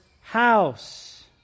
house